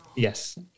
Yes